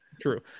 True